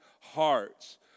hearts